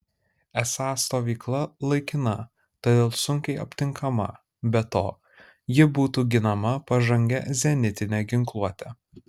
esą stovykla laikina todėl sunkiai aptinkama be to ji būtų ginama pažangia zenitine ginkluote